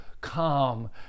calm